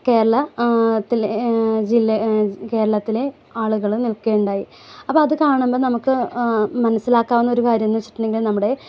കേരളത്തിലെ ജില്ല കേരളത്തിലെ ആളുകൾ നിൽക്കുകയുണ്ടായി അപ്പം അത് കാണുമ്പം നമുക്ക് മനസ്സിലാക്കാവുന്ന ഒരു കാര്യം എന്നു വച്ചിട്ടുണ്ടെങ്കിൽ നമ്മുടെ